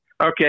Okay